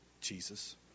Jesus